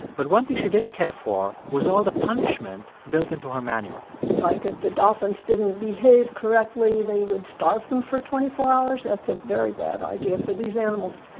but one thing she didn't care for was all the punishment built into her manual like, if the dolphins didn't behave correctly, they would starve them for twenty four hours. that's a very bad idea for these animals.